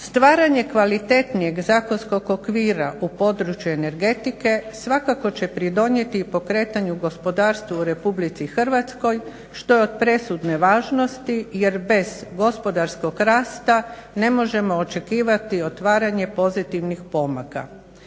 Stvaranje kvalitetnijeg zakonskog okvira u području energetike svakako će pridonijeti i pokretanju gospodarstva u RH što je od presudne važnosti jer bez gospodarskog rasta ne možemo očekivati otvaranje pozitivnih pomaka.